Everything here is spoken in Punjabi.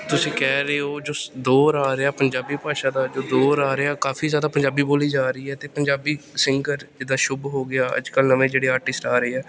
ਤੁਸੀਂ ਕਹਿ ਰਹੇ ਹੋ ਜੋ ਦੌਰ ਆ ਰਿਹਾ ਪੰਜਾਬੀ ਭਾਸ਼ਾ ਦਾ ਜੋ ਦੌਰ ਆ ਰਿਹਾ ਕਾਫ਼ੀ ਜ਼ਿਆਦਾ ਪੰਜਾਬੀ ਬੋਲੀ ਜਾ ਰਹੀ ਹੈ ਅਤੇ ਪੰਜਾਬੀ ਸਿੰਗਰ ਜਿੱਦਾਂ ਸ਼ੁੱਭ ਹੋ ਗਿਆ ਅੱਜ ਕੱਲ੍ਹ ਨਵੇਂ ਜਿਹੜੇ ਆਰਟਿਸਟ ਆ ਰਹੇ ਹੈ